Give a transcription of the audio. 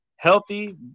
healthy